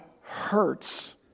hurts